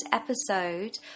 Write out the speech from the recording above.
episode